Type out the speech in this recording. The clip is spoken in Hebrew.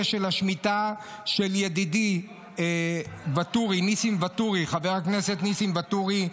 השמיטה של ידידי חבר הכנסת ניסים ואטורי,